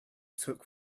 took